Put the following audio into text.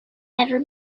ever